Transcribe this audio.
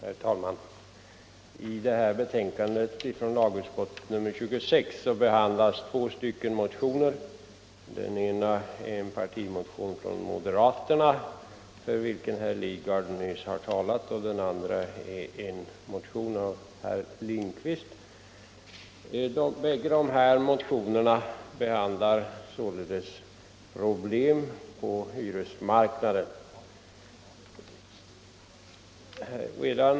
Herr talman! I det här betänkandet nr 26 från lagutskottet behandlas två motioner. Den ena är en partimotion från moderaterna för vilken herr Lidgard nyss har talat. Den andra är en motion av herr Lindkvist. Båda de här motionerna tar upp problem på hyresmarknaden.